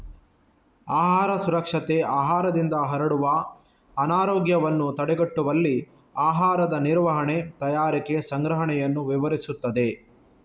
ಆಹಾರ ಸುರಕ್ಷತೆ ಆಹಾರದಿಂದ ಹರಡುವ ಅನಾರೋಗ್ಯವನ್ನು ತಡೆಗಟ್ಟುವಲ್ಲಿ ಆಹಾರದ ನಿರ್ವಹಣೆ, ತಯಾರಿಕೆ, ಸಂಗ್ರಹಣೆಯನ್ನು ವಿವರಿಸುತ್ತದೆ